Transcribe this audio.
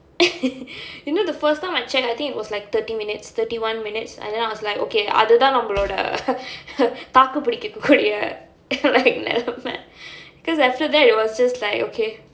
you know the first time I check I think it was like thirty minutes thirty one minutes and then I was like okay அதுதான் நம்மளோட தாக்குபிடிக்க கூடிய:athu thaan namma thaaku pidikka koodiya because after that it was just like okay